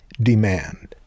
demand